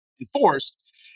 enforced